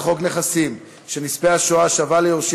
חוק נכסים של נספי השואה (השבה ליורשים